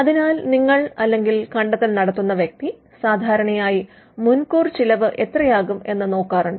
അതിനാൽ നിങ്ങൾ അല്ലെങ്കിൽ കണ്ടെത്തൽ നടത്തുന്ന വ്യക്തി സാധാരണയായി മുൻകൂർ ചിലവ് എത്രയാകും എന്ന് നോക്കാറുണ്ട്